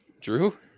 Drew